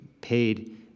paid